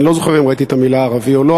אני לא זוכר אם ראיתי את המילה ערבי או לא,